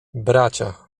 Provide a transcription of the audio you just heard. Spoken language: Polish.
bracia